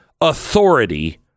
authority